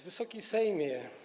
Wysoki Sejmie!